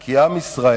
כי עם ישראל